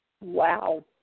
Wow